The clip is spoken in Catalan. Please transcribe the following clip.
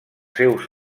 seus